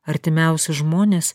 artimiausi žmonės